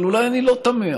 אבל אולי אני לא תמה,